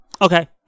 Okay